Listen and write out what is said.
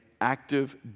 active